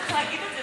צריך להגיד את זה